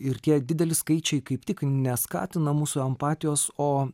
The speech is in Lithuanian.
ir tie dideli skaičiai kaip tik neskatina mūsų empatijos o